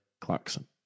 Clarkson